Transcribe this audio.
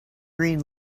green